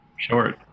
Short